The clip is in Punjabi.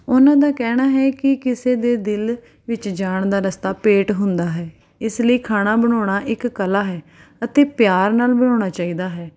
ਉਹਨਾਂ ਦਾ ਕਹਿਣਾ ਹੈ ਕਿ ਕਿਸੇ ਦੇ ਦਿਲ ਵਿੱਚ ਜਾਣ ਦਾ ਰਸਤਾ ਪੇਟ ਹੁੰਦਾ ਹੈ ਇਸ ਲਈ ਖਾਣਾ ਬਣਾਉਣਾ ਇੱਕ ਕਲਾ ਹੈ ਅਤੇ ਪਿਆਰ ਨਾਲ਼ ਬਣਾਉਣਾ ਚਾਹੀਦਾ ਹੈ